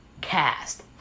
cast